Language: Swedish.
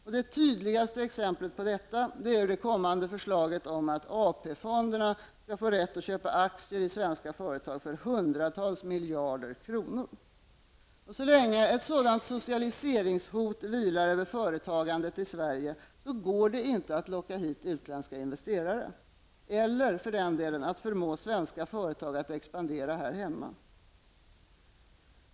Det tydligaste exemplet på detta är det kommande förslaget om att AP-fonderna skall få rätt att köpa aktier i svenska företag för hundratals miljarder kronor. Så länge ett sådant socialiseringshot vilar över företagandet i Sverige går det inte att locka hit utländska investerare eller för den delen att förmå svenska företag att expandera här hemma.